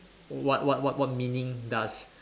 what what what what meaning does